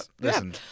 Listen